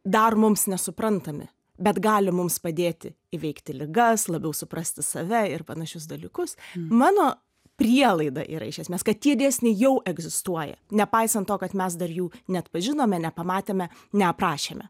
dar mums nesuprantami bet gali mums padėti įveikti ligas labiau suprasti save ir panašius dalykus mano prielaida yra iš esmės kad tie dėsniai jau egzistuoja nepaisant to kad mes dar jų neatpažinome nepamatėme neprašėme